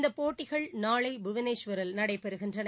இந்தபோட்டிகள் நாளை புவனேஷ்வரில் நடைபெறுகின்றன